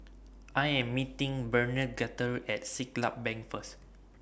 I Am meeting Bernadette At Siglap Bank First